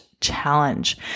challenge